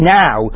now